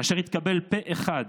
אשר התקבל פה אחד,